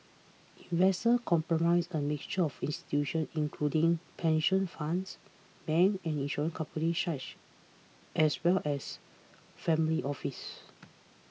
investors comprise a mixture of institutions including pension funds banks and insurance company as well as family offices